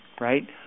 right